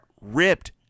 ripped